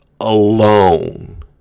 alone